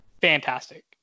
fantastic